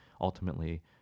ultimately